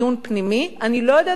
אני לא יודעת אם אתה מודע לזה,